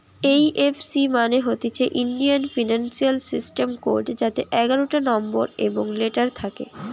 এই F C মানে হতিছে ইন্ডিয়ান ফিনান্সিয়াল সিস্টেম কোড যাতে এগারটা নম্বর এবং লেটার থাকে